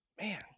man